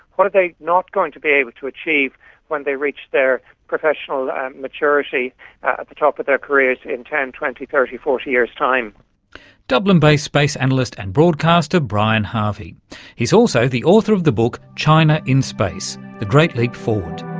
what are they not going to be able to achieve when they reach their professional maturity at the top of their careers in ten, twenty, thirty, forty years time dublin-based space analyst and broadcaster, brian harvey, and he's also the author of the book china in space the great leap forward.